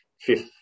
fifth